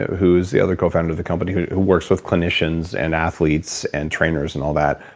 who's the other co-founder of the company who works with clinicians and athletes and trainers, and all that,